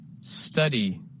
Study